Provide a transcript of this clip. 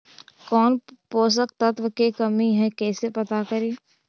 कौन पोषक तत्ब के कमी है कैसे पता करि?